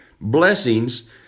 blessings